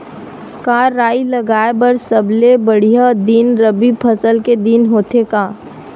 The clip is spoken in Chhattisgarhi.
का राई लगाय बर सबले बढ़िया दिन रबी फसल के दिन होथे का?